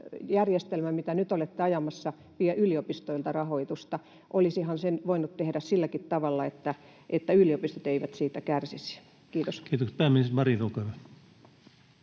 järjestelmä, mitä nyt olette ajamassa, vie yliopistoilta rahoitusta? Olisihan sen voinut tehdä silläkin tavalla, että yliopistot eivät siitä kärsisi. — Kiitos. Kiitos. — Pääministeri Marin, olkaa hyvä.